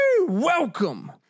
Welcome